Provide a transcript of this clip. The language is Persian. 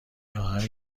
خواهم